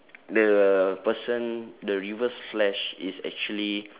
the person the reverse flash is actually